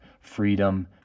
freedom